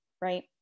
right